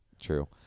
True